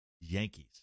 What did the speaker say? Yankees